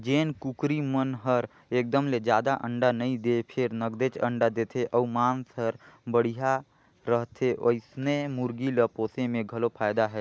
जेन कुकरी मन हर एकदम ले जादा अंडा नइ दें फेर नगदेच अंडा देथे अउ मांस हर बड़िहा रहथे ओइसने मुरगी ल पोसे में घलो फायदा रथे